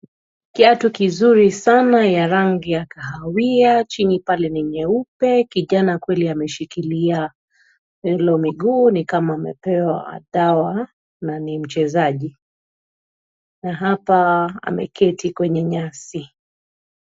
Kiatu kizuri sana ya rangi ya kahawia, chini pale ni nyeupe. Kijana kule ameshikilia hilo miguu, ni kama amepewa dawa na ni mchezaji. Na hapa ameketi kwenye nyasi.